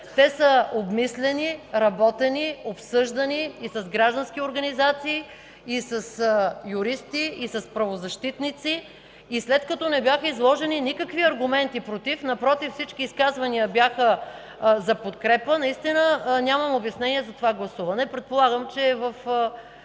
Те са обмислени, работени, обсъждани и с граждански организации, и с юристи, и с правозащитници. След като не бяха изложени никакви аргументи „против”, напротив, всички изказвания бяха за подкрепа, наистина нямам обяснение за това гласуване. Предполагам, че е в